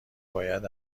باید